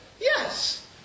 Yes